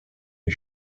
les